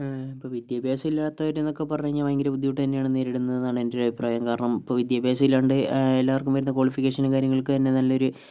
ഇപ്പൊൾ വിദ്യാഭ്യാസം ഇല്ലാത്തവരെന്നൊക്കെ പറഞ്ഞു കഴിഞ്ഞാൽ ഭയങ്കര ബുദ്ധിമുട്ട് തന്നെയാണ് നേരിടുന്നതെന്നാണ് എൻ്റെ ഒരു അഭിപ്രായം കാരണം ഇപ്പൊൾ വിദ്യാഭ്യാസം ഇല്ലാണ്ട് എല്ലാവർക്കും വരുന്ന കോളിഫിക്കേഷനും കാര്യങ്ങൾക്കന്നെ നല്ല ഒര്